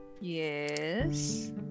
Yes